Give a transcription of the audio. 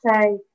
say